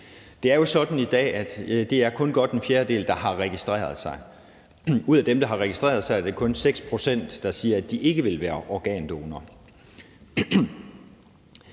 Det er jo sådan i dag, at det kun er godt en fjerdedel, der har registreret sig. Ud af dem, der har registreret sig, er det kun 6 pct., der siger, at de ikke vil være organdonorer.